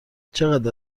چقدر